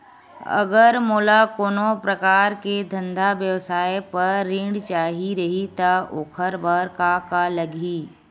अगर मोला कोनो प्रकार के धंधा व्यवसाय पर ऋण चाही रहि त ओखर बर का का लगही?